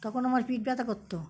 তখন আমার পিঠ ব্যথা করতো